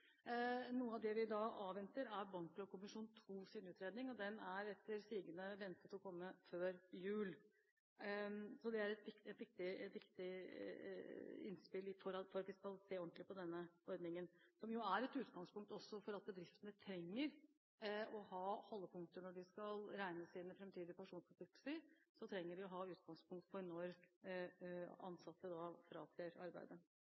Noe av det vi avventer, er utredningen til Banklovkommisjonen II. Den er etter sigende ventet å komme før jul. Den er et viktig innspill for at vi skal kunne se ordentlig på denne ordningen, som jo også er et utgangspunkt for at bedriftene trenger å ha holdepunkter når de skal regne ut sine framtidige pensjonsforpliktelser. De trenger å ha utgangspunkt i når ansatte fratrer arbeidet.